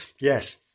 yes